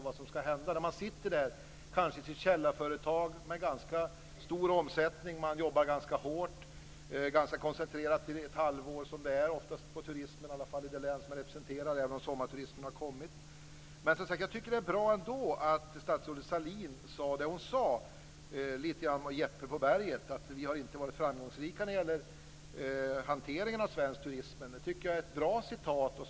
Man sitter kanske där i sitt källarföretag med ganska stor omsättning och jobbar ganska hårt, ofta koncentrerat till ett halvår. Så är det oftast när det gäller turismen, i alla fall i det län som jag representerar även om sommarturismen har kommit. Jag tycker att det är bra att statsrådet Sahlin sade det hon sade. Det är lite grann som Jeppe på berget. Vi har inte varit framgångsrika när det gäller hantering av svensk turism. Jag tycker att det är ett bra uttalande.